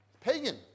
Pagan